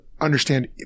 understand